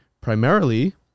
primarily